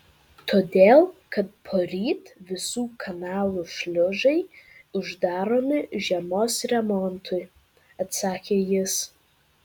todėl kad poryt visų kanalų šliuzai uždaromi žiemos remontui atsakė jis